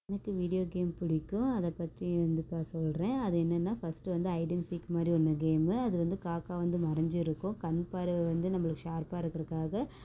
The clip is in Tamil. எனக்கு வீடியோ கேம் பிடிக்கும் அதை பற்றி வந்து இப்போ சொல்கிறேன் அது என்னென்னால் ஃபஸ்ட்டு வந்து ஐடு அண்ட் சிக் மாதிரி ஒன்று கேம்மு அது வந்து காக்கா வந்து மறைஞ்சுருக்கும் கண் பார்வை வந்து நம்மளுக்கு ஷார்ப்பாக இருக்கிறக்காக